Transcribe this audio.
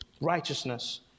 righteousness